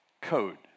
code